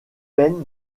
peines